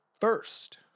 first